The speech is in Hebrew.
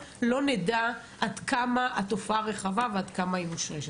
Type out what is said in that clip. לא נדע עד כמה התופעה רחבה ועד כמה היא מושרשת.